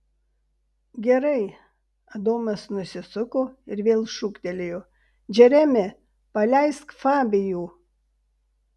gerai adomas nusisuko ir vėl šūktelėjo džeremi paleisk fabijų